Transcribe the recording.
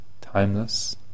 timeless